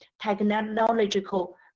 technological